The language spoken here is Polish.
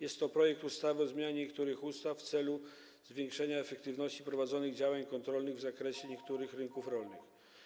Jest to projekt ustawy o zmianie niektórych ustaw w celu zwiększenia efektywności prowadzonych działań kontrolnych w zakresie niektórych rynków rolnych.